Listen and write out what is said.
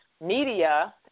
media